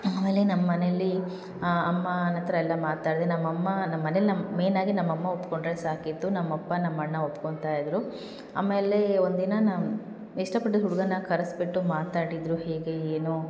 ಆಮೇಲೆ ನಮ್ಮ ಮನೆಯಲ್ಲಿ ಅಮ್ಮನ ಹತ್ರ ಎಲ್ಲ ಮಾತಾಡಿದೆ ನಮ್ಮ ಅಮ್ಮ ನಮ್ಮ ಮನೇಲಿ ನಮ್ಮ ಮೇನ್ ಆಗಿ ನಮ್ಮ ಅಮ್ಮ ಒಪ್ಪಿಕೊಂಡ್ರೆ ಸಾಕಿತ್ತು ನಮ್ಮ ಅಪ್ಪ ನಮ್ಮ ಅಣ್ಣ ಒಪ್ಕೊತಾ ಇದ್ದರು ಆಮೇಲೆ ಒಂದು ದಿನ ನಾನು ಇಷ್ಟಪಟ್ಟಿದ್ದ ಹುಡುಗನ್ನ ಕರೆಸ್ಬಿಟ್ಟು ಮಾತಾಡಿದರು ಹೇಗೆ ಏನು